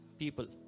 people